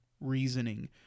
reasoning